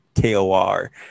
KOR